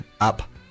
up